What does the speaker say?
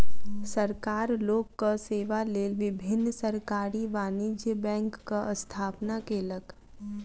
सरकार लोकक सेवा लेल विभिन्न सरकारी वाणिज्य बैंकक स्थापना केलक